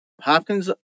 Hopkins